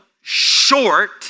short